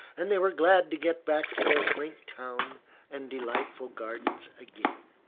and they were glad to get back to their quaint town and delightful gardens again.